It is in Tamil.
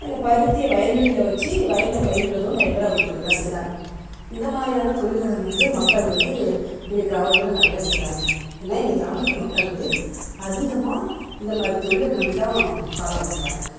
அந்த பருத்தியை வயல் வெளியில் வச்சு வயலில் பயிரிடறதும் நிறையா பேர் அவங்க தொழிலாக செய்கிறாங்க இந்தமாதிரியான தொழில்களை வந்து மக்கள் வந்து எங்கள் கிராமத்தில் நிறைய செய்கிறாங்க ஏன்னால் எங்கள் கிராமத்து மக்கள் வந்து அதிகமாக இந்தமாதிரி தொழிலை நம்பிதான் காலம் ஓட்டுறாங்க